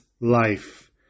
life